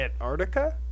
Antarctica